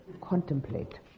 Contemplate